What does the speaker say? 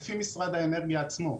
לפי משרד האנרגיה עצמו,